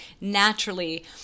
naturally